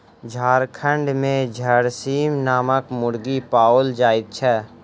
झारखंड मे झरसीम नामक मुर्गी पाओल जाइत छै